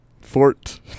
Fort